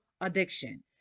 addiction